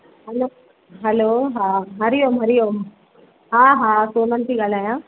हलो hello हा हरिओम हरिओम हा हा सोनल थी ॻाल्हायां